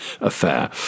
affair